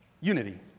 unity